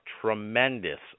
tremendous